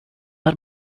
are